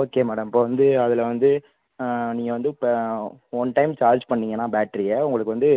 okay madam இப்போ வந்து அதில் வந்து நீங்கள் வந்து இப்போ ஒன் டைம் சார்ஜ் பண்ணிங்கன்னால் பேட்ரியை உங்களுக்கு வந்து